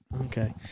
Okay